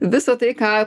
visa tai ką